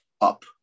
up